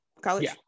college